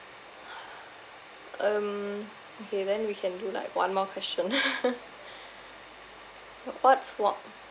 um okay then we can do like one more question what's one